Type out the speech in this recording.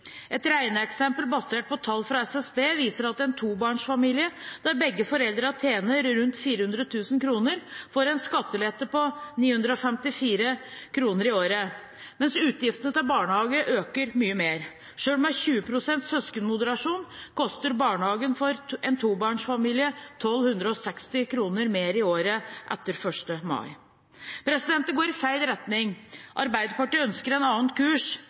Et regneeksempel basert på tall fra SSB, viser at en tobarnsfamilie der begge foreldrene tjener rundt 400 000 kr, får en skattelette på 954 kr i året, mens utgiftene til barnehage øker mye mer. Selv med 20 pst. søskenmoderasjon koster barnehagen for en tobarnsfamilie 1 260 kr mer i året etter 1. mai. Dette er å gå i feil retning. Arbeiderpartiet ønsker en annen kurs.